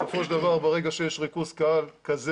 בסופו של דבר ברגע שיש ריכוז קהל כזה